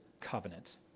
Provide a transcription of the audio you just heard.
covenant